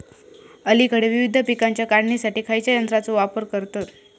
अलीकडे विविध पीकांच्या काढणीसाठी खयाच्या यंत्राचो वापर करतत?